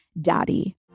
daddy